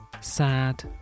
sad